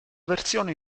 versione